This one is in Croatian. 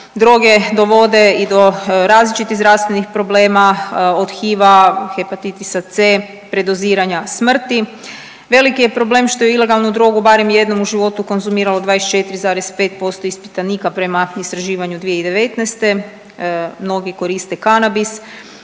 Droge dovode i do različitih zdravstvenih problema, od HIV-a, hepatitisa C, predoziranja, smrti. Veliki je problem što ilegalnu drogu barem jednom konzumiralo 24,5% ispitanika prema istraživanju 2019. Mnogi koriste kanabis,